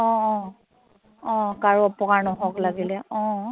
অ অ অ কাৰো অপকাৰ নহওক লাগিলে অ